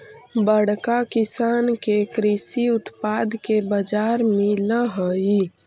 बड़का किसान के कृषि उत्पाद के बाजार मिलऽ हई